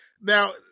Now